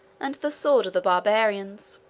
and the sword of the barbarians.